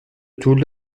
toul